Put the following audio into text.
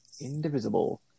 indivisible